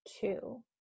two